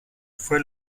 fue